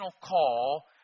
call